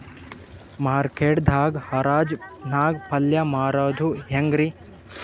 Market ದಾಗ್ ಹರಾಜ್ ನಾಗ್ ಪಲ್ಯ ಮಾರುದು ಹ್ಯಾಂಗ್ ರಿ?